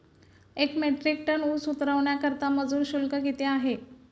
एक metric ton ऊस उतरवण्याकरता मजूर शुल्क किती आहे?